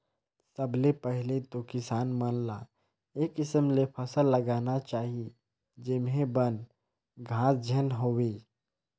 सबले पहिले तो किसान ल ए किसम ले फसल लगाना चाही जेम्हे बन, घास झेन होवे